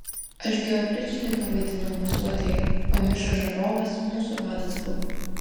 aš gi opričniką vaidinau masuotėje o miša žarovas mūsų vadas buvo